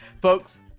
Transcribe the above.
folks